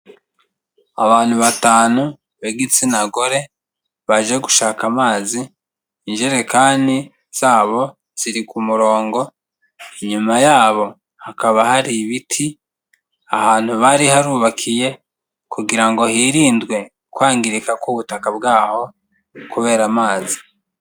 Abantu batanu b'igitsina gore, baje gushaka amazi, ijerekani zabo ziri ku murongo, inyuma yabo hakaba hari ibiti. Ahantu bari harubakiye, kugira ngo hirindwe kwangirika k'ubutaka bwaho, kubera amazi.